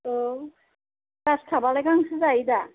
औ ग्रासखापालाय गांसो जायोदा